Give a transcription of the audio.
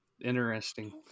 Interesting